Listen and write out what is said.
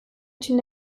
için